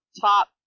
top